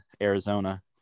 Arizona